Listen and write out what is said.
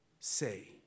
Say